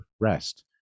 rest